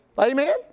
Amen